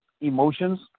emotions